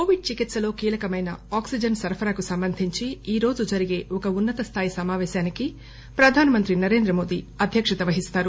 Covid చికిత్పకు కీలకమైన ఆక్పిజస్ సరఫరాకు సంబంధించి ఈ రోజు జరిగే ఒక ఉన్న తస్థాయి సమాపేశానికి ప్రధానమంత్రి నరేంద్రమోది అధ్యక్షత వహిస్తారు